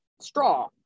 straw